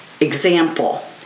example